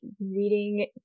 reading